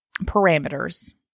parameters